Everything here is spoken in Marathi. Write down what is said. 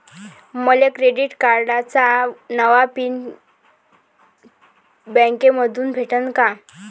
मले क्रेडिट कार्डाचा नवा पिन बँकेमंधून भेटन का?